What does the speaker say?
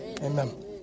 Amen